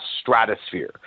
stratosphere